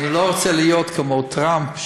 אני לא רוצה להיות כמו טראמפ,